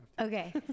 Okay